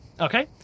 Okay